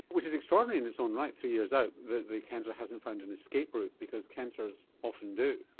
which is extraordinary in its own right, three years out, that the cancer hasn't found an escape route, because cancers often do.